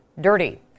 dirty